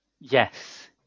Yes